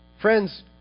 Friends